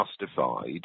justified